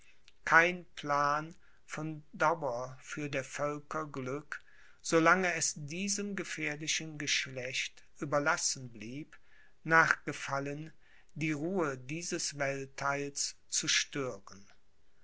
kein plan von dauer für der völker glück so lange es diesem gefährlichen geschlecht überlassen blieb nach gefallen die ruhe dieses welttheils zu stören